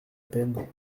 peine